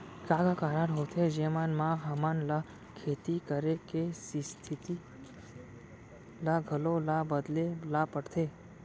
का का कारण होथे जेमन मा हमन ला खेती करे के स्तिथि ला घलो ला बदले ला पड़थे?